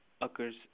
occurs